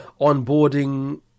onboarding